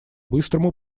быстрому